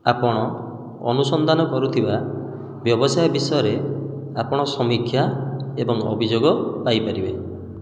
ଆପଣ ଅନୁସନ୍ଧାନ କରୁଥିବା ବ୍ୟବସାୟ ବିଷୟରେ ଆପଣ ସମୀକ୍ଷା ଏବଂ ଅଭିଯୋଗ ପାଇପାରିବେ